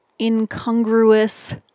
incongruous